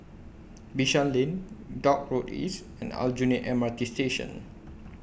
Bishan Lane Dock Road East and Aljunied M R T Station